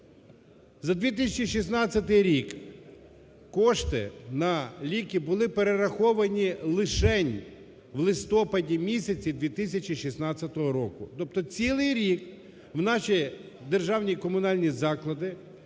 За 2016 рік кошти на ліки були перераховані лишень в листопаді місяці 2016 року. Тобто цілий рік у наші державні комунальні заклади